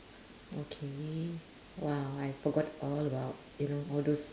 okay !wow! I forgot all about you know all those